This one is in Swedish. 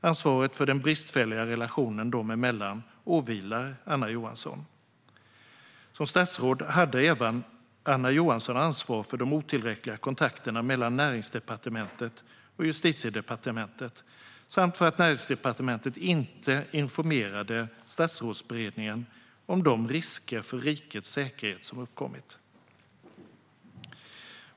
Ansvaret för den bristfälliga relationen dem emellan åvilar Anna Johansson. Som statsråd hade Anna Johansson även ansvar för de otillräckliga kontakterna mellan Näringsdepartementet och Justitiedepartementet och för att Näringsdepartementet inte informerade Statsrådsberedningen om de risker för rikets säkerhet som hade uppkommit.